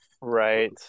Right